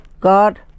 God